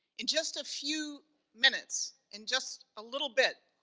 in just a few minutes, in just a little bit,